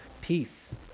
peace